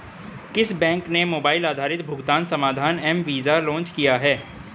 किस बैंक ने मोबाइल आधारित भुगतान समाधान एम वीज़ा लॉन्च किया है?